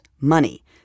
money